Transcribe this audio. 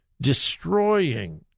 Destroying